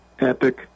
epic